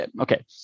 Okay